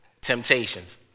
temptations